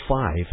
five